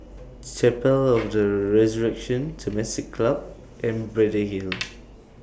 Chapel of The Resurrection Temasek Club and Braddell Hill